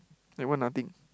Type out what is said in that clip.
eh why nothing